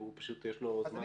שיש לו זמן נתון.